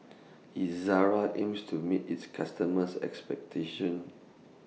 Ezerra aims to meet its customers' expectations